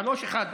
השלכות